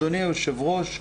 אדוני היושב-ראש,